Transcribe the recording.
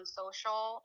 social